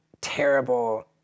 terrible